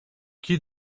chi